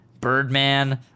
Birdman